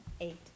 eight